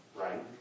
right